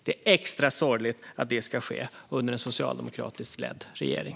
Det är extra sorgligt att detta ska ske under en socialdemokratiskt ledd regering.